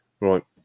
Right